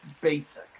basic